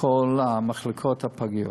כל מחלקות הפגיות.